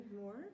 more